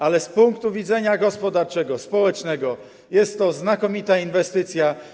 Ale z punktu widzenia gospodarczego, społecznego jest to znakomita inwestycja.